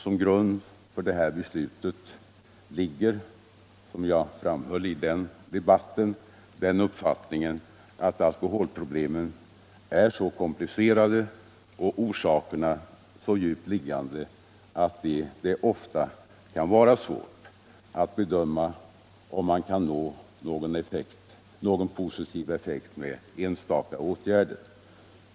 Som grund för detta beslut ligger, som jag framhöll i debatten, den uppfattningen att alkoholproblemen är så komplicerade och orsakerna så djupgående att det ofta kan vara svårt att bedöma om man kan nå någon positiv effekt med enstaka åtgärder.